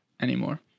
anymore